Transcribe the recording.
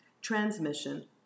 Transmission